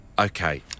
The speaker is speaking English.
Okay